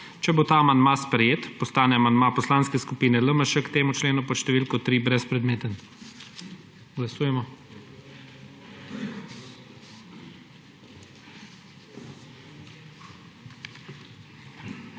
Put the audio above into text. Če bo ta amandma sprejet, postane amandma Poslanske skupine LMŠ k temu členu pod številko 3 brezpredmeten. Glasujemo.